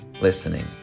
listening